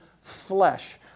flesh